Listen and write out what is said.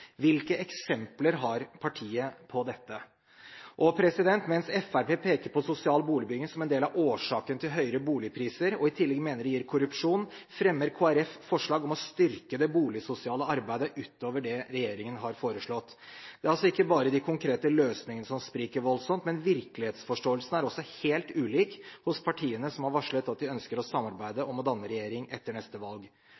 Hvilke eksempler har partiet på dette? Og mens Fremskrittspartiet peker på sosial boligbygging som en del av årsaken til høyere boligpriser, og i tillegg mener det gir korrupsjon, fremmer Kristelig Folkeparti forslag om å styrke det boligsosiale arbeidet utover det regjeringen har foreslått. Det er altså ikke bare de konkrete løsningene som spriker voldsomt, men virkelighetsforståelsen er også helt ulik hos partiene som har varslet at de ønsker å